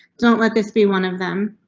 don't let this be one of them.